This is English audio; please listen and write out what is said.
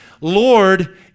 Lord